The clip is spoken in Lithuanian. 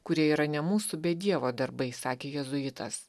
kurie yra ne mūsų bet dievo darbai sakė jėzuitas